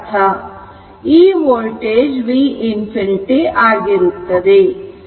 ಈ voltage v ∞ ಆಗಿರುತ್ತದೆ